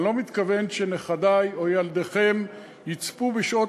אני לא מתכוון שנכדי או ילדיכם יצפו בשעות